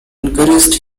encouraged